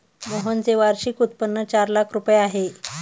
मोहनचे वार्षिक उत्पन्न चार लाख रुपये आहे